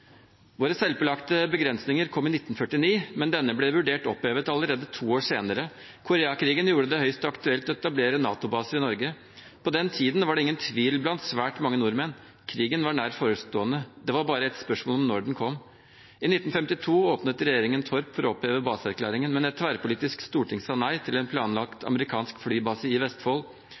Våre selvpålagte begrensninger kom i 1949, men disse ble vurdert opphevet allerede to år senere. Koreakrigen gjorde det høyst aktuelt å etablere NATO-baser i Norge. På den tiden var det blant svært mange nordmenn ingen tvil om at krigen var nært forestående – det var bare et spørsmål om når den kom. I 1952 åpnet regjeringen Torp for å oppheve baseerklæringen, men et tverrpolitisk storting sa nei til en planlagt amerikansk flybase i Vestfold.